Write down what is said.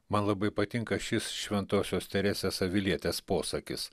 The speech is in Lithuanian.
man labai patinka šis šventosios teresės avilietės posakis